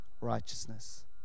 righteousness